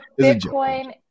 Bitcoin